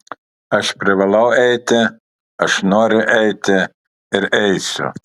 aš privalau eiti aš noriu eiti ir eisiu